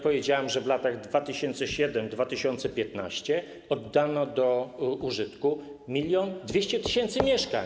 Powiedziałem, że w latach 2007-2015 oddano do użytku 1200 tys. mieszkań.